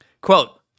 Quote